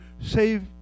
save